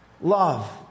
love